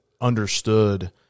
understood